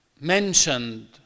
mentioned